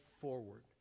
forward